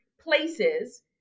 places